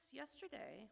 yesterday